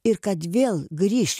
ir kad vėl grįš